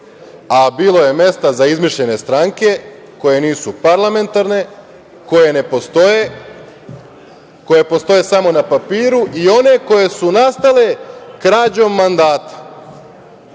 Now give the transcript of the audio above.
a bilo je mesta za izmišljene stranke koje nisu parlamentarne, koje ne postoje, koje postoje samo na papiru i one koje su nastale krađom mandata. Dakle,